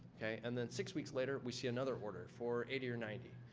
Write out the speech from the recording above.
okay? and then, six weeks later, we see another order for eighty or ninety.